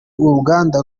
uruganda